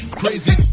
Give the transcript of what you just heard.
crazy